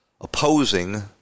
opposing